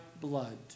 blood